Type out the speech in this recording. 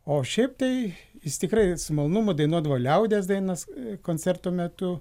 o šiaip tai jis tikrai su malonumu dainuodavo liaudies dainas koncerto metu